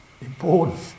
important